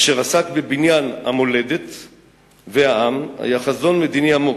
אשר עסק בבניין המולדת והעם, היה חזון מדיני עמוק,